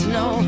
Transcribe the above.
no